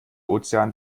ozean